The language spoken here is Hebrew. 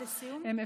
אם אפשר.